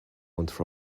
want